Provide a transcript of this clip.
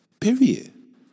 period